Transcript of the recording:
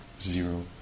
zero